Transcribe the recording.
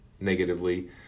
negatively